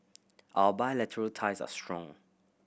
our bilateral ties are strong